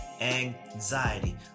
anxiety